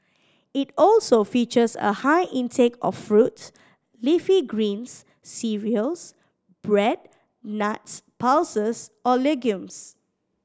it also features a high intake of fruit leafy greens cereals bread nuts pulses or legumes